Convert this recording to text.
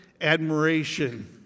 admiration